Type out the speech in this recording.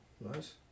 Nice